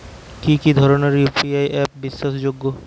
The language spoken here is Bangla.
কি কি ধরনের ইউ.পি.আই অ্যাপ বিশ্বাসযোগ্য?